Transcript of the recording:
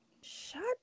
Shut